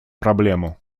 проблему